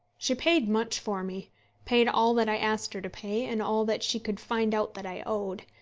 she paid much for me paid all that i asked her to pay, and all that she could find out that i owed.